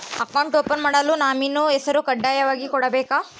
Account open ಮಾಡಲು nominee ಹೆಸರು ಕಡ್ಡಾಯವಾಗಿ ಕೊಡಬೇಕಾ?